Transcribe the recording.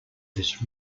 this